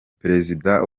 perezida